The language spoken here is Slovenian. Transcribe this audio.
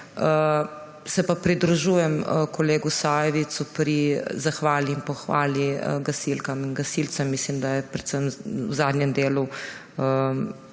Se pa pridružujem kolegu Sajovicu pri zahvali in pohvali gasilkam in gasilcem. Mislim, da je predvsem v zadnjem delu